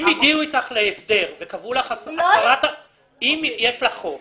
אם הגיעו איתך להסדר וקבעו לך 10 --- לא --- אם יש לך חוב